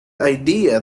idea